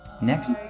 Next